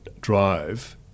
drive